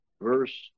verse